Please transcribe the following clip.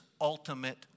ultimate